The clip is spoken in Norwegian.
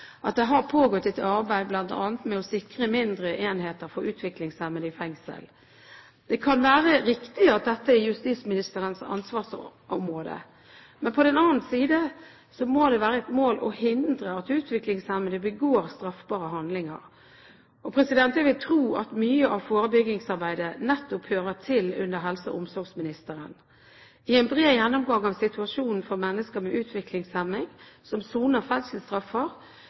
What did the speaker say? at det har pågått et arbeid bl.a. med å sikre mindre enheter for utviklingshemmede i fengsel. Det kan være riktig at dette er justisministerens ansvarsområde. På den annen side må det være et mål å hindre at utviklingshemmede begår straffbare handlinger. Jeg vil tro at mye av forebyggingsarbeidet nettopp hører til under helse- og omsorgsministeren. I en bred gjennomgang av situasjonen for mennesker med utviklingshemning som soner